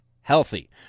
healthy